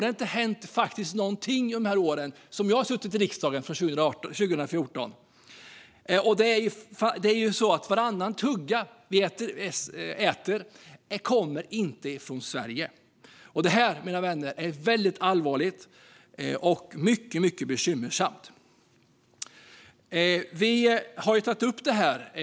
Det har inte hänt någonting under de år som jag har suttit i riksdagen, sedan 2014. Varannan tugga vi äter kommer inte från Sverige, och detta, mina vänner, är allvarligt och mycket bekymmersamt. Vi har tagit upp detta.